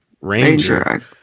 Ranger